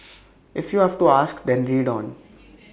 if you have to ask then read on